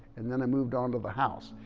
and then i moved on to the house.